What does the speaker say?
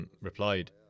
replied